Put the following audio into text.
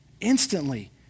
instantly